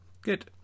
Good